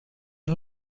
and